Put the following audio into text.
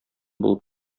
булып